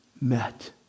met